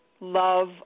love